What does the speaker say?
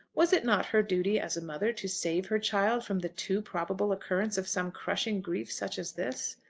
was it not her duty, as a mother, to save her child from the too probable occurrence of some crushing grief such as this?